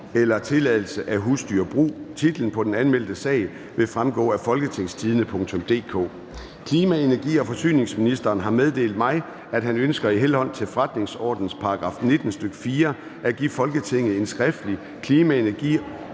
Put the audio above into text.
eller tilladelse af husdyrbrug)). Titlen på den anmeldte sag vil fremgå af www.folketingstidende.dk. (jf. ovenfor). Klima-, energi- og forsyningsministeren (Lars Aagaard) har meddelt mig, at han ønsker i henhold til forretningsordenens § 19, stk. 4, at give Folketinget en skriftlig Redegørelse